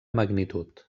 magnitud